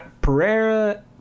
Pereira –